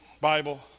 Bible